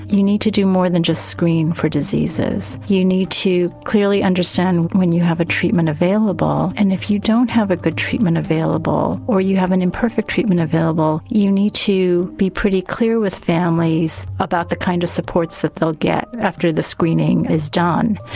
you need to do more than just screen for diseases. you need to clearly understand when you have a treatment available, and if you don't have a good treatment available or you have an imperfect treatment available, you need to be pretty clear with families about the kind of supports that they'll get after the screening is done.